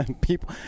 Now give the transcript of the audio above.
people